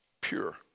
Pure